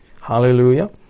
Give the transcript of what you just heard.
Hallelujah